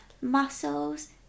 Muscles